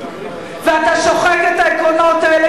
ואתה שוחק את העקרונות האלה,